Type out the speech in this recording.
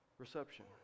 Reception